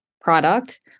Product